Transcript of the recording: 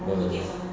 no